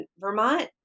Vermont